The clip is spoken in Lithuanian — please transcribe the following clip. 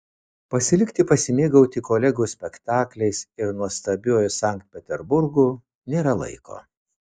pasilikti pasimėgauti kolegų spektakliais ir nuostabiuoju sankt peterburgu nėra laiko